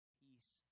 peace